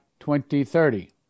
2030